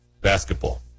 Basketball